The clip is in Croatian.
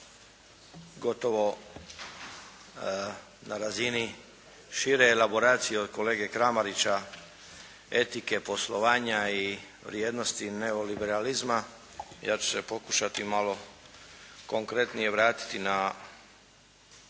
gotovo na razini šire elaboracije od kolege Kramarića etike poslovanja i vrijednosti neoliberalizma ja ću se pokušati malo konkretnije vratiti na